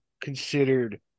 considered